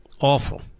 awful